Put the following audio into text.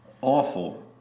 awful